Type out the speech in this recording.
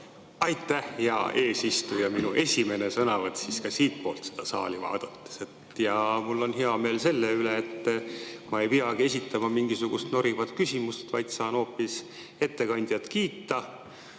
Aitäh, hea eesistuja! Minu esimene sõnavõtt siis ka siitpoolt seda saali vaadates. Ja mul on hea meel selle üle, et ma ei peagi esitama mingisugust norivat küsimust, vaid saan hoopis ettekandjat kiita